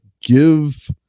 give